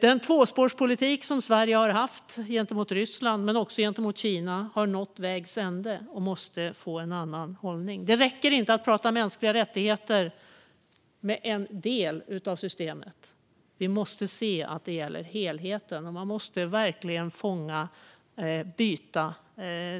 Den tvåspårspolitik som Sverige haft gentemot Ryssland men också gentemot Kina har nått vägs ände och måste få en annan inriktning. Det räcker inte att prata mänskliga rättigheter med en del av systemet. Vi måste se att det gäller helheten, och vi måste verkligen byta